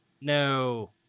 No